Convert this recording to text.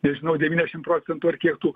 nežinau devyniasdešimt procentų ar kiek tų